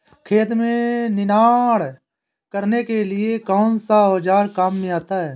खेत में निनाण करने के लिए कौनसा औज़ार काम में आता है?